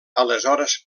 aleshores